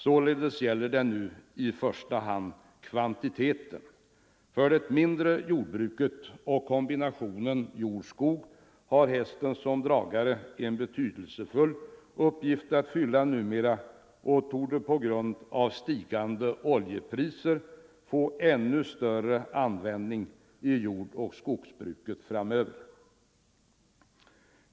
Således gäller det nu i första hand kvantiteten. För det mindre jordbruket och kombinationen jord-skog har hästen som dragare en betydelsefull uppgift att fylla numera, och den torde på grund av stigande oljepriser komma att användas i ännu större utsträckning i jordoch skogsbruk framöver.